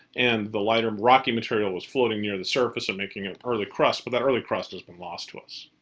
and the lighter, rocky material was floating near the surface and making an early crust. but that early early crust has been lost to us.